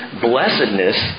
blessedness